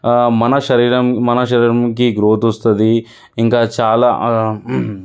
ఆ మన శరీరం మన శరీరంకి గ్రోత్ వస్తుంది ఇంకా చాలా